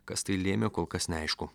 kas tai lėmė kol kas neaišku